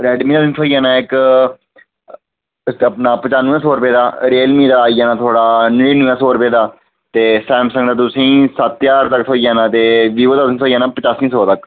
रैडमीं दा थ्होई जाना इक अपना पचानमें सौ रपेऽ दा रियलमिं दा आई जाना थुहाड़ा नड़िनमें सौ रपेऽ दा ते सैमसंग दा तुसेंगी सत्त ज्हार तक थ्होई जाना जियो दा तुसेंगी पचासी सौ तक